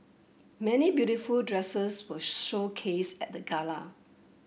many beautiful dresses were showcased at the gala